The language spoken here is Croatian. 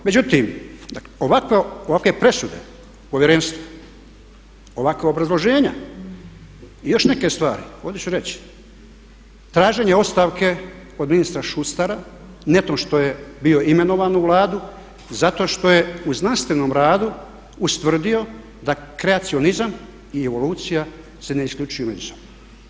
Međutim, ovakve presude Povjerenstva, ovakva obrazloženja i još neke stvari ovdje ću reći traženje ostavke od ministra Šustara netom što je bio imenovan u Vladu zato što je u znanstvenom radu ustvrdio da kreacionizam i evolucija se ne isključuju međusobno.